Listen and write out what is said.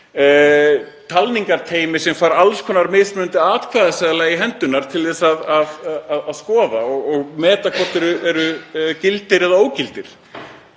talningarteymi sem fær alls konar mismunandi atkvæðaseðla í hendurnar til að skoða og meta hvort séu gildir eða ógildir.